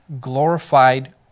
glorified